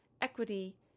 equity